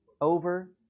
over